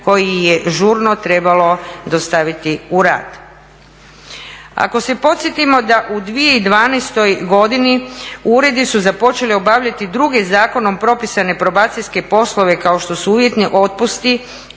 koji je žurno trebalo dostaviti u rad. Ako se podsjetimo da u 2012. godini uredi su započeli obavljati druge zakonom propisane probacijske poslove kao što su uvjetni otpusti,